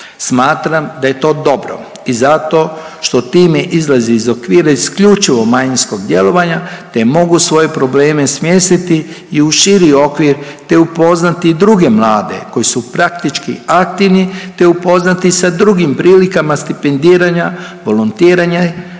Smatram da je to dobro i zato što time izlazi iz okvira isključivo manjinskog djelovanja te mogu svoje probleme smjestiti i u širi okvir te upoznati i druge mlade koji su praktički aktivni te upoznati sa drugim prilikama stipendiranja, volontiranja,